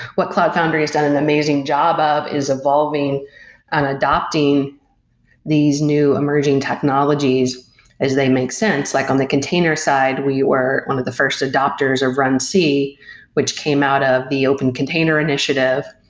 what cloud foundry has done an amazing job ah of is evolving and adopting these new emerging technologies as they make sense. like on the container side, we were one of the first adapters of runc, which came out ah of the open container initiative,